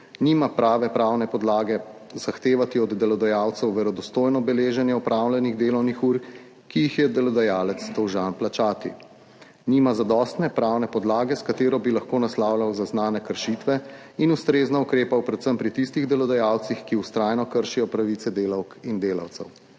nima prave pravne podlage zahtevati od delodajalcev verodostojno beleženje opravljenih delovnih ur, ki jih je delodajalec dolžan plačati, nima zadostne pravne podlage, s katero bi lahko naslavljal zaznane kršitve in ustrezno ukrepal predvsem pri tistih delodajalcih, ki vztrajno kršijo pravice delavk in delavcev.